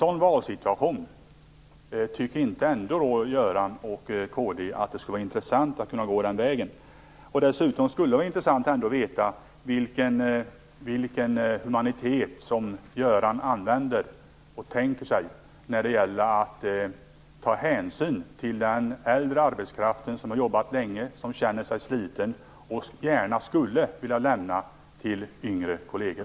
Tycker inte Göran Hägglund och Kristdemokraterna att det skulle vara intressant att gå den vägen? Det skulle dessutom vara intressant att veta vilken humanitet som Göran Hägglund skulle vilja visa när det gäller att ta hänsyn till den äldre arbetskraft som har jobbat länge, som känner sig sliten och gärna skulle vilja lämna över till yngre kolleger?